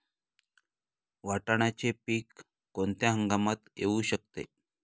वाटाण्याचे पीक कोणत्या हंगामात येऊ शकते?